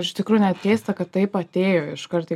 iš tikrųjų net keista kad taip atėjo iškart į